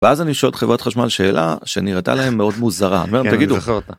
ואז אני שואל את חברת חשמל שאלה שנראתה להם מאוד מוזרה. כן, אני זוכר אותה